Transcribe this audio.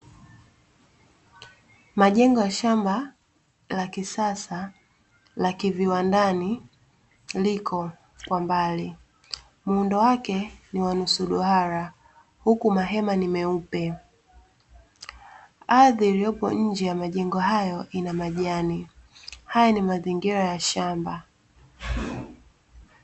Majengo ya shamba la kisasa la kiviwandani liko kwa mbali. Muundo wake ni wa nusu duara, huku mahema ni meupe. Ardhi iliopo nje ya majengo haya ina majani. Haya ni mazingira ya shamba.